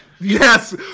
Yes